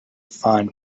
find